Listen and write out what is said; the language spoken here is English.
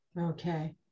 Okay